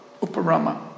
uparama